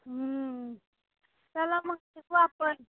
चला मग भेटू आपण